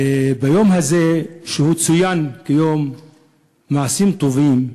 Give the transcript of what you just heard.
וביום הזה, שצוין כיום מעשים טובים,